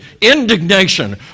indignation